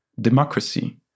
democracy